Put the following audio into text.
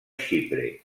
xipre